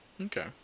Okay